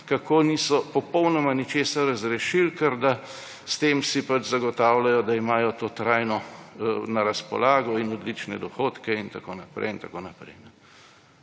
kako niso popolnoma ničesar razrešili, ker da s tem si pač zagotavljajo, da imajo to trajno na razpolago in odlične dohodke in tako naprej . Zdaj